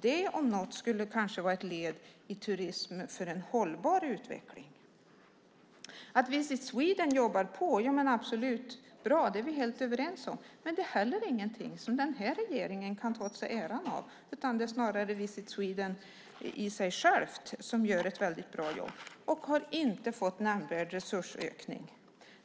Det om något skulle kanske vara ett led i turism för en hållbar utveckling. Att det är bra att Visit Sweden jobbar på är vi helt överens om. Men det är inte heller någonting som den här regeringen kan ta åt sig äran för, utan det är snarare Visit Sweden själv som gör ett väldigt bra jobb. Men man har inte fått några nämnvärda resursökningar.